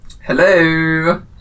Hello